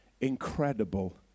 incredible